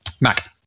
Mac